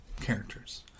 characters